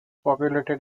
populated